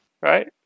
right